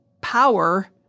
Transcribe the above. power